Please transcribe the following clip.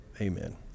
Amen